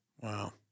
Wow